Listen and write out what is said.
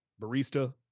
barista